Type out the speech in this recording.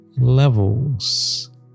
levels